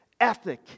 ethic